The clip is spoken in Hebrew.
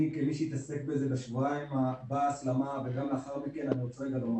כמי שהתעסק בזה בהסלמה וגם לאחר מכן אני רוצה לומר: